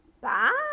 bye